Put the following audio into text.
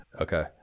Okay